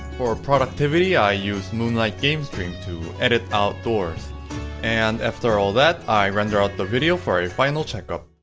for productivity. i use moonlight game stream to edit outdoors and after all that i render out the video for a final checkup